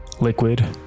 liquid